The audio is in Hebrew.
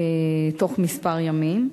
בתוך כמה ימים.